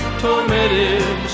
tormented